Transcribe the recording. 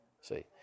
See